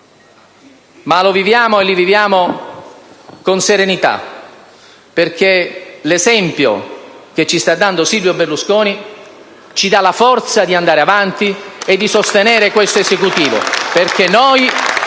delicati. Ma li viviamo con serenità, perché l'esempio che ci sta dando Silvio Berlusconi ci dà la forza di andare avanti e di sostenere questo Esecutivo.